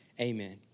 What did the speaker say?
amen